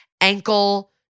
ankle